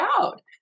out